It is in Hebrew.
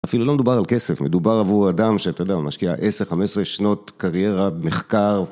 אפילו לא מדובר על כסף, מדובר עבור אדם שאתה יודע, הוא משקיע 10-15 שנות קריירה, מחקר